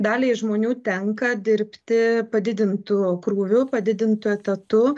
daliai žmonių tenka dirbti padidintu krūviu padidintu etatu